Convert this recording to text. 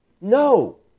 No